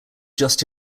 just